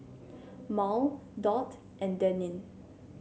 Mal Dot and Denine